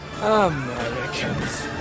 Americans